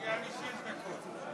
מגיעות לי שש דקות.